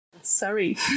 Sorry